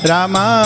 Rama